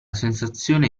sensazione